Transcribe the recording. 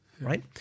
right